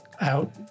out